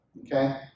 Okay